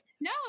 No